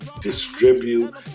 distribute